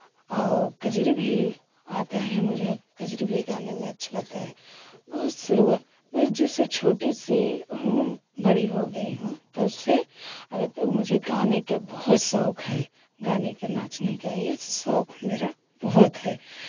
और कजरी भी आता है मुझे कजरी भी गाने में अच्छा लगता है बहुत शुरुआत मैं जबसे छोटी सी हूँ बड़ी हो गई हूँ तबसे अरे तो मुझे गाने का बहुत शौक है गाने का नाचने का ये शौक मेरा बहुत है